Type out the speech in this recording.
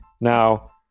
now